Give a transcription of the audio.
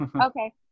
Okay